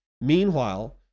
Meanwhile